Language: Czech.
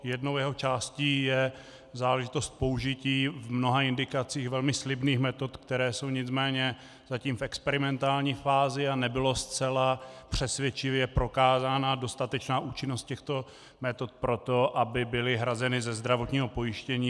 Jednou jeho částí je záležitost použití v mnoha indikacích velmi slibných metod, které jsou nicméně zatím v experimentální fázi, a nebyla zcela přesvědčivě prokázána dostatečná účinnost těchto metod pro to, aby byly hrazeny ze zdravotního pojištění.